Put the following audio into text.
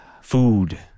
food